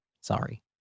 Sorry